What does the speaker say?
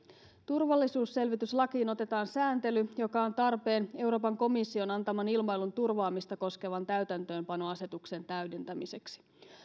turvallisuusselvityslakiin otetaan sääntely joka on tarpeen euroopan komission antaman ilmailun turvaamista koskevan täytäntöönpanoasetuksen täydentämiseksi